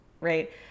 right